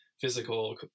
physical